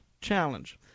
challenge